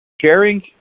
sharing